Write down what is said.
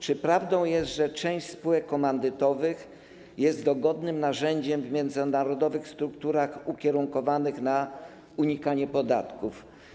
Czy prawdą jest, że część spółek komandytowych jest dogodnym narzędziem w międzynarodowych strukturach ukierunkowanych na unikanie podatków?